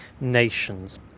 nations